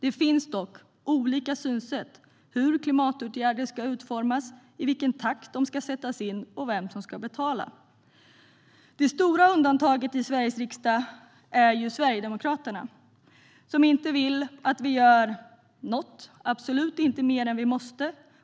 Det finns dock olika synsätt på hur klimatåtgärder ska utformas, i vilken takt de ska sättas in och vem som ska betala. Det stora undantaget i Sveriges riksdag är ju Sverigedemokraterna. De vill inte göra något, absolut inte mer än vi måste.